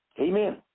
Amen